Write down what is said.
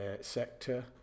sector